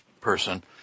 person